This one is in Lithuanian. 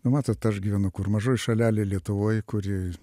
matot aš gyvenu kur mažoj šalelėj lietuvoj kuri